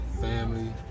family